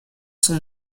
sont